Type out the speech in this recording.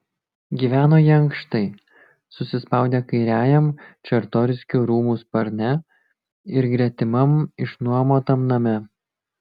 gyveno jie ankštai susispaudę kairiajam čartoriskių rūmų sparne ir gretimam išnuomotam name